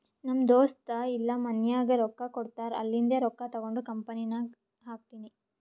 ನಮ್ ದೋಸ್ತ ಇಲ್ಲಾ ಮನ್ಯಾಗ್ ರೊಕ್ಕಾ ಕೊಡ್ತಾರ್ ಅಲ್ಲಿಂದೆ ರೊಕ್ಕಾ ತಗೊಂಡ್ ಕಂಪನಿನಾಗ್ ಹಾಕ್ತೀನಿ